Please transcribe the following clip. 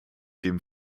dem